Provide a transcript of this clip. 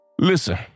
Listen